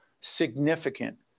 significant